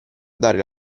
dare